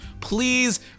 Please